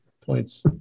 points